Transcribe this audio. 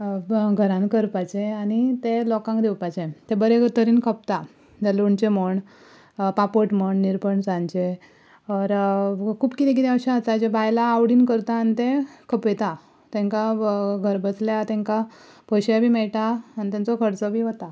घरांत करपाचें आनी तें लोकांक दिवपाचें तें बरे तरेन खपता धर लोणचें म्ह पापड म्हूण निरपणसाचें ओर खूब कितें कितें अशें आसा जें बायलां आवडीन करता आनी तें खपयता तेंका घरा बसल्यार तेंका पयशे बी मेळटा आनी तांचो खर्चो बी वता